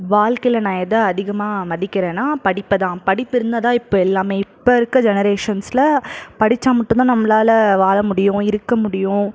வாழ்க்கையில் நான் எதை அதிகமாக மதிக்கிறனா படிப்பதான் படிப்பு இருந்ததா இப்போ எல்லாமே இப்போ இருக்கற ஜெனரேஷன்ஸ்ல படிச்சால் மட்டும்தான் நம்மளால வாழ முடியும் இருக்கற முடியும்